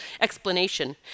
explanation